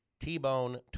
T-Bone